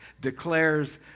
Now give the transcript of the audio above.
declares